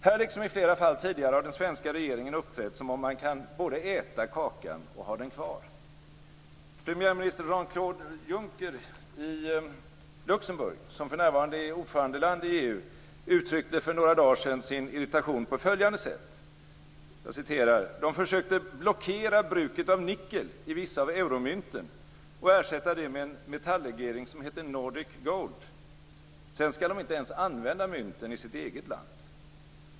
Här liksom i flera tidigare fall har den svenska regeringen uppträtt som om man både kan äta kakan och ha den kvar. Premiärminister Jean-Claude Juncker i Luxemburg, som för närvarande är ordförandeland i EU, uttryckte för några dagar sedan sin irritation på följande sätt: "De försökte blockera bruket av nickel i vissa av euromynten och ersätta det med en metallegering som heter Nordic gold. Sedan skall de inte ens använda mynten i sitt eget land."